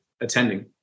attending